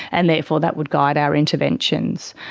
and therefore that would guide our interventions.